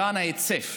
בעניין ההיצף,